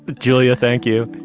julia thank you